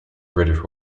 british